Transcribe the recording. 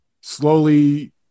slowly